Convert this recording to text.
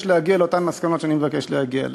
מבקש להגיע לאותן מסקנות שאני מבקש להגיע אליהן.